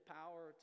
power